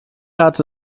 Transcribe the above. hatte